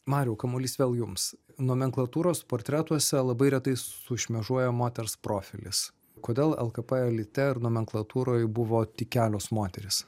mariau kamuolys vėl jums nomenklatūros portretuose labai retai sušmėžuoja moters profilis kodėl lkp elite ir nomenklatūroj buvo tik kelios moterys